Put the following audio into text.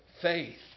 faith